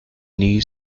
knee